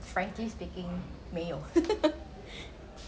frankly speaking 没有